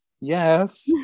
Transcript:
yes